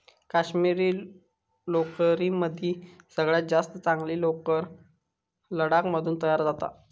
काश्मिरी लोकरीमदी सगळ्यात जास्त चांगली लोकर लडाख मधून तयार जाता